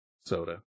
soda